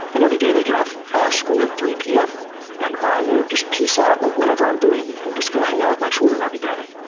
and every day, they get off ah school at three zero p m. and i will just piece out of whatever i'm doing and just go hang out with my children every day.